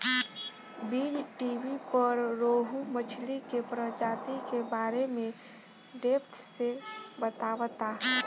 बीज़टीवी पर रोहु मछली के प्रजाति के बारे में डेप्थ से बतावता